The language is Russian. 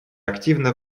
активно